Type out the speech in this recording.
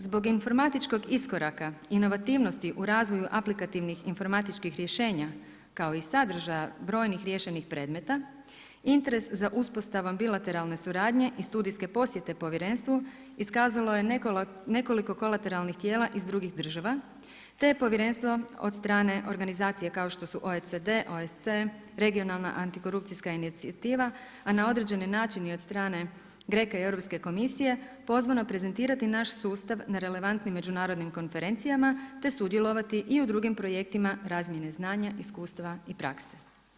Zbog informatičkog iskoraka inovativnosti u razvoju aplikativnih informatičkih rješenja kao i sadržaja brojnih riješenih predmeta interes za uspostavom bilateralne suradnje i studijske posjete Povjerenstvu iskazalo je nekoliko kolatelarnih tijela iz drugih država, te je Povjerenstvo od strane organizacije kao što su OECD, OSC, Regionalna antikorupcijska inicijativa, a na određeni način i od strane GREKA i Europske komisije pozvano je prezentirati naš sustav na relevantnim međunarodnim konferencijama te sudjelovati i u drugim projektima razmjene znanja i iskustva i prakse.